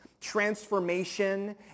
transformation